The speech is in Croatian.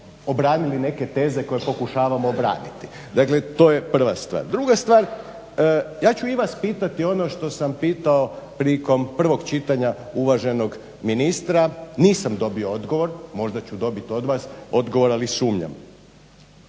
obranili neke teze koje pokušavamo obraniti. Dakle to je prva stvar. Druga stvar, ja ću i vas pitati ono što sam pitao prilikom prvog čitanja uvaženog ministra, nisam dobio odgovor, možda ću dobit od vas, ali sumnjam.